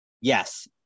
Yes